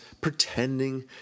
pretending